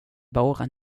bara